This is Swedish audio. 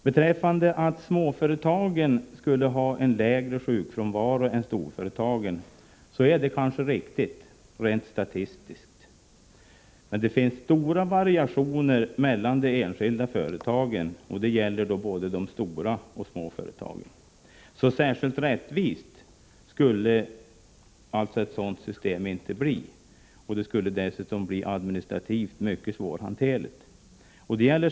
Beträffande detta att småföretagen skulle ha en lägre sjukfrånvaro än stora företag är det kanske riktigt rent statistiskt. Men det finns stora variationer mellan de enskilda företagen, och det gäller både de stora och de små företagen. Ett sådant här system skulle alltså inte bli särskilt rättvist, och det skulle dessutom bli administrativt mycket svårhanterligt.